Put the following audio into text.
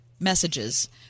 messages